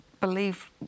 believe